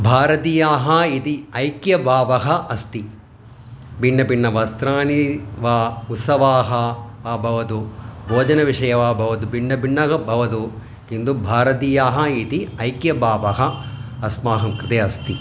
भारतीयाः इति ऐक्यभावः अस्ति भिन्नभिन्नवस्त्राणि वा उत्सवाः आ भवतु भोजनविषये वा भवतु भिन्नभिन्नाः भवतु किन्तु भारतीयाः इति ऐक्यभावः अस्माकं कृते अस्ति